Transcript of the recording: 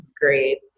great